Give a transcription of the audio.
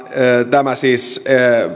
tämä siis